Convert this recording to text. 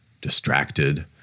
distracted